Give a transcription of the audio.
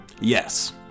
Yes